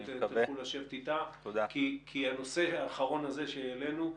ותוכלו לשבת אתה כי הנושא האחרון שהעלינו,